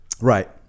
Right